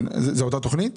זו אותה תוכנית?